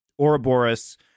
ouroboros